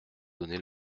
donné